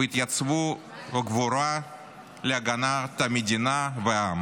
והתייצבו בגבורה להגנת המדינה והעם,